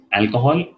alcohol